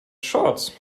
shorts